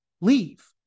leave